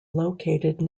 located